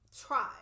try